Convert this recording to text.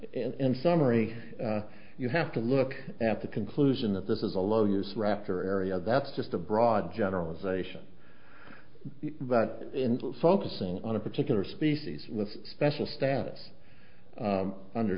in summary you have to look at the conclusion that this is a lawyer's rafter area that's just a broad generalization but focusing on a particular species is a special status under